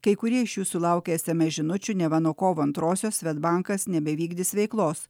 kai kurie iš jų sulaukia esemes žinučių neva nuo kovo antrosios svedbankas nebevykdys veiklos